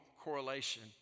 correlation